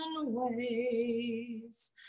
ways